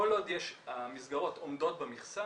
כל עוד המסגרות עומדות במכסה,